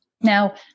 Now